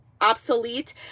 obsolete